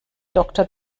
doktor